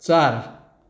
चार